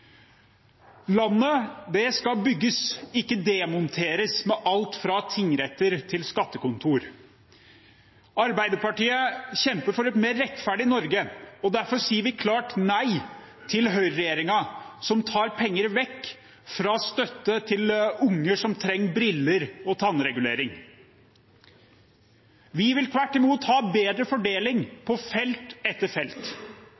Landet skal bygges, ikke demonteres – alt fra tingretter til skattekontor. Arbeiderpartiet kjemper for et mer rettferdig Norge, derfor sier vi klart nei til høyreregjeringen, som tar penger vekk fra støtte til unger som trenger briller og tannregulering. Vi vil tvert imot ha en bedre fordeling på felt